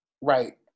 Right